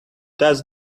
does